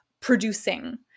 producing